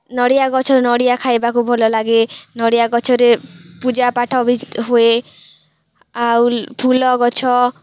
ନଡ଼ିଆ ଗଛର ନଡ଼ିଆ ଖାଇବାକୁ ଭଲ ଲାଗେ ନଡ଼ିଆ ଗଛରେ ପୂଜାପାଠ ବି ହୁଏ ଆଉ ଫୁଲଗଛ